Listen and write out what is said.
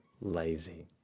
lazy